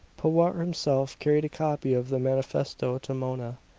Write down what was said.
powart himself carried a copy of the manifesto to mona.